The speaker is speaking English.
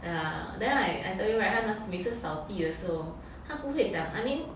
ya then I I told you [right] 他那时每次扫地的时候他不会讲 I mean